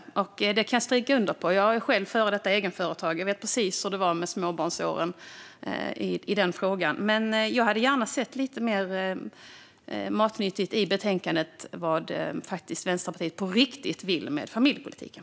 Som före detta egenföretagare kan jag skriva under på detta, för jag vet precis hur det var under småbarnsåren. Men jag hade som sagt gärna sett lite mer matnyttigt i betänkandet om vad Vänsterpartiet på riktigt vill med familjepolitiken.